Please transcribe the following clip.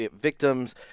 victims